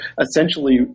essentially